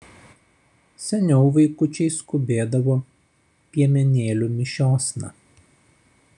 seniau vaikučiai skubėdavo piemenėlių mišiosna